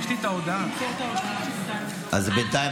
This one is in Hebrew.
אז בינתיים,